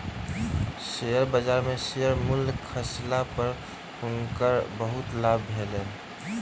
share बजार में share मूल्य खसला पर हुनकर बहुत लाभ भेलैन